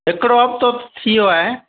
हिकिड़ो हफ़्तो थी वियो आहे